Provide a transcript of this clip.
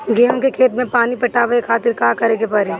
गेहूँ के खेत मे पानी पटावे के खातीर का करे के परी?